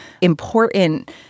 important